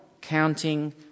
counting